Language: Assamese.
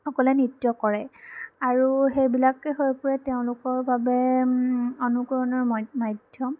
সকলে নৃত্য কৰে আৰু সেইবিলাক হৈ পৰে তেওঁলোকৰ বাবে অনুকৰণৰ মাধ্যম